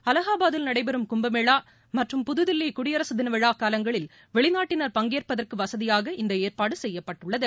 அலகாபாத்தில் நடைபெறும் கும்பமேளா மற்றும் புதுதில்லி குடியரசுத் தின விழா காலங்களில் வெளிநாட்டினர் பங்கேற்பதற்கு வசதியாக இந்த ஏற்பாடு செய்யப்பட்டுள்ளது